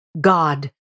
God